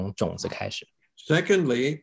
Secondly